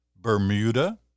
Bermuda